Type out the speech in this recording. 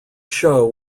show